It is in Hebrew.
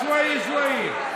שוואיה-שוואיה.